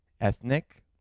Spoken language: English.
ethnic